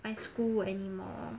I school anymore